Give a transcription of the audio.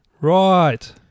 Right